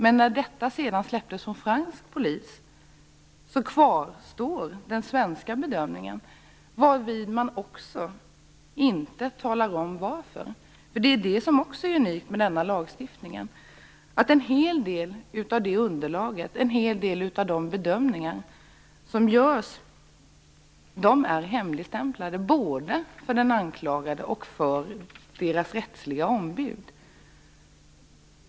Efter att fallet har släppts från fransk polis kvarstår den svenska bedömningen varvid man inte talar om skälen. Det som också är unikt med denna lagstiftning är att en hel del av de bedömningar som görs är hemligstämplade både för de anklagade och för deras rättsliga ombud.